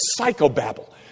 psychobabble